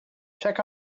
check